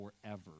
forever